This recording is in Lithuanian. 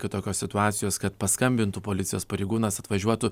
iki tokios situacijos kad paskambintų policijos pareigūnas atvažiuotų